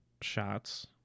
shots